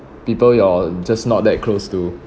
people you're just not that close to